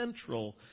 central